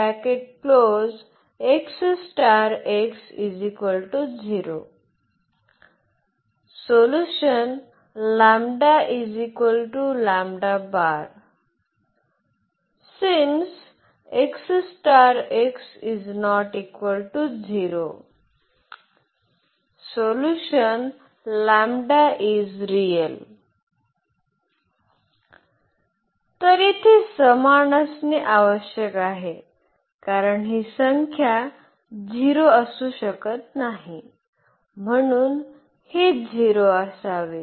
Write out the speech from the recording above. तर इथे समान असणे आवश्यक आहे कारण ही संख्या 0 असू शकत नाही म्हणून हे 0 असावे